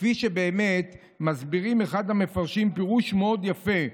כפי שבאמת מסביר אחד המפרשים, פירוש מאוד יפה: